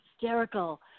hysterical